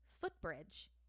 footbridge